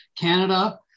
canada